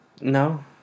No